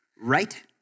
Right